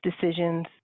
decisions